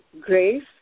grace